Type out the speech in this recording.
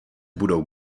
budou